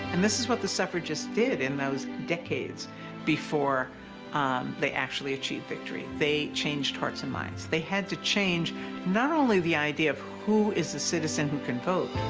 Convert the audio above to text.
and this is what the suffrages did in those decades before um they actually achieved victory they changed hearts and minds they had to change not only the idea of who is the citizen who can vote,